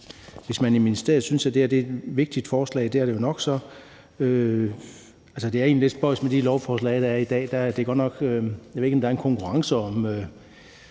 hvis man i ministeriet synes, at det her er et vigtigt forslag, så er det det jo nok. Det er egentlig lidt spøjst med de lovforslag, der er i dag. Jeg ved ikke, om der er en konkurrence om,